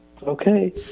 okay